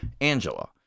Angela